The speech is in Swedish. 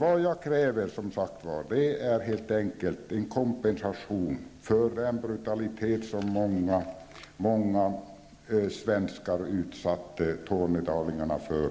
Vad jag kräver är helt enkelt en kompensation för den brutalitet som många svenskar utsatte tornedalingarna för